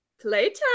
Playtime